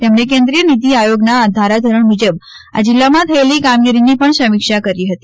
તેમણે કેન્દ્રિય નિતિ આયોગના ધારાધોરણ મુજબ આ જીલ્લામાં થયેલી કામગીરીની પણ સમીક્ષા કરી હતી